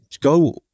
go